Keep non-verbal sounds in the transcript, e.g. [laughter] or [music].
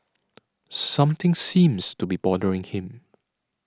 [noise] something seems to be bothering him [noise]